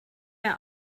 mehr